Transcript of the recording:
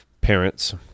parents